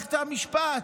במערכת המשפט,